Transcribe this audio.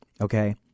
Okay